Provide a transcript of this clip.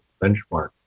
benchmark